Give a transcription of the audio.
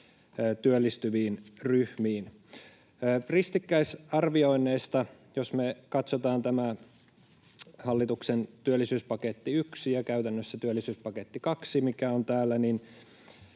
työllistyviin ryhmiin. Ristikkäisarvioinneista: jos me katsotaan tämä hallituksen työllisyyspaketti 1 ja käytännössä työllisyyspaketti 2, mikä on täällä,